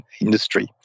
industry